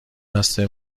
بسته